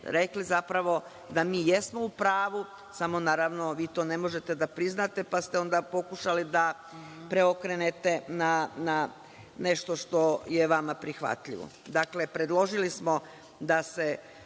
rekli zapravo da mi jesmo u pravu, samo naravno vi to ne možete da priznate, pa ste onda pokušali da preokrenete na nešto što je vama prihvatljivo. Dakle, predložili smo da se